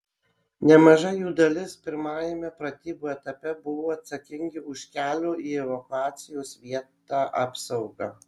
nemaža jų dalis pirmajame pratybų etape buvo atsakingi už kelio į evakuacijos vietą apsaugą